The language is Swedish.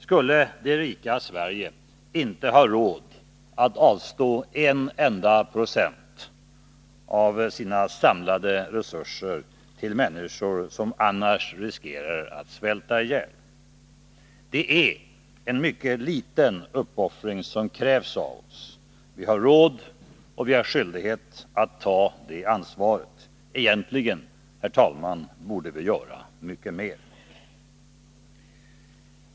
Skulle det rika Sverige inte ha råd att avstå en enda procent av sina samlade resurser till människor som annars riskerar att svälta ihjäl? Det är en mycket liten uppoffring som krävs av oss. Vi har råd och skyldighet att ta det ansvaret. Egentligen, herr talman, borde vi göra mycket mer.